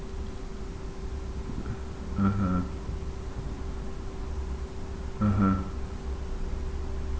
(uh huh) (uh huh)